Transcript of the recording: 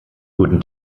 guten